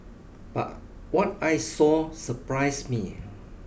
but what I saw surprised me